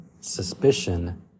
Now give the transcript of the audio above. suspicion